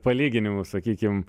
palyginimų sakykim